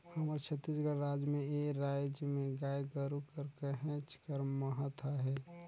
हमर छत्तीसगढ़ राज में ए राएज में गाय गरू कर कहेच कर महत अहे